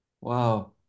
Wow